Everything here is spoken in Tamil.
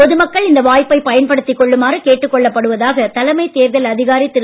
பொதுமக்கள் இந்த வாய்ப்பைப் பயன்படுத்திக் கொள்ளுமாறு கேட்டுக்கொள்ளப் படுவதாக தலைமைத் தேர்தல் அதிகாரி திரு